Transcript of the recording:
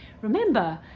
Remember